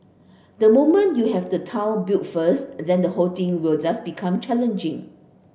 the moment you have the town built first then the whole thing will just become challenging